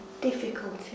difficulty